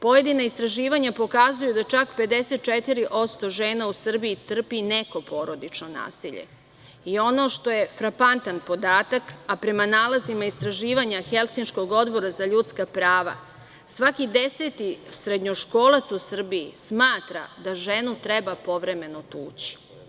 Pojedina istraživanja pokazuju da čak 54% žena u Srbiji trpi neko porodično nasilje i ono što je frapantan podatak, a prema nalazima istraživanja Helsinškog odbora za ljudska prava, svaki deseti srednjoškolac u Srbiji smatra da ženu treba povremeno tući.